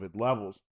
levels